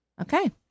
okay